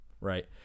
right